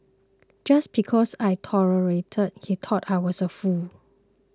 just because I tolerated he thought I was a fool